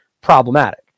problematic